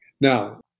Now